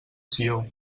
sió